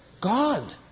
God